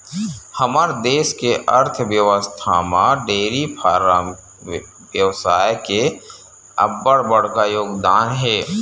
हमर देस के अर्थबेवस्था म डेयरी फारम बेवसाय के अब्बड़ बड़का योगदान हे